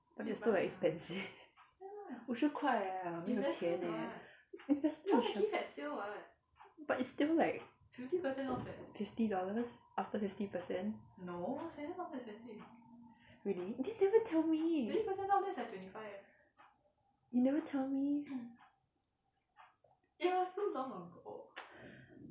but it's so expensive 五十块没有钱 eh investment but it's still like fifty dollars after fifty percent really then you never tell me you never tell me